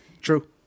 True